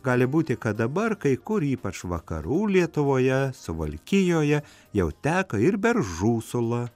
gali būti kad dabar kai kur ypač vakarų lietuvoje suvalkijoje jau teka ir beržų sula